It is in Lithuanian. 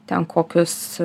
ten kokius